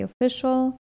Official